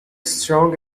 strong